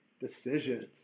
decisions